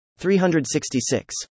366